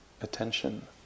attention